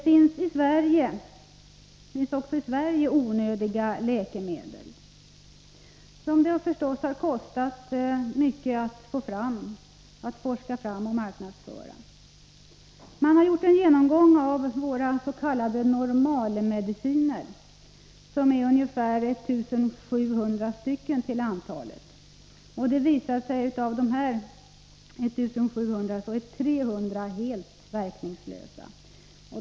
Också i Sverige finns det onödiga läkemedel, som det kostat mycket att få fram genom forskning och marknadsföring. Man har gjort en genomgång av våra s.k. normalmediciner, som är ungefär 1 700 till antalet. Det har visat sig att av dessa är 300 helt verkningslösa.